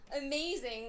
amazing